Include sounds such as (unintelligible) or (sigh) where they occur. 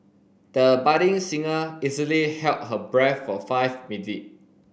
the budding singer easily held her breath for five (unintelligible)